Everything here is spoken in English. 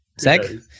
Zeg